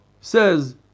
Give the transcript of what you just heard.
says